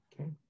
Okay